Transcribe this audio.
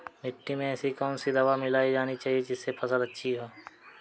मिट्टी में ऐसी कौन सी दवा मिलाई जानी चाहिए जिससे फसल अच्छी हो?